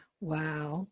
Wow